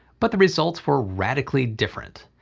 but the results were radically different.